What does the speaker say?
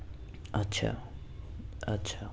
اچھا اچھا